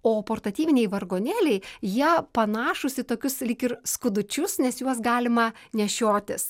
o portatyviniai vargonėliai jie panašūs į tokius lyg ir skudučius nes juos galima nešiotis